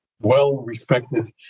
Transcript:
well-respected